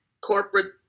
corporate